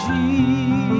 Jesus